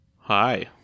Hi